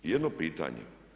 I jedno pitanje.